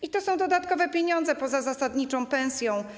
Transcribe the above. I to są dodatkowe pieniądze poza zasadniczą pensją.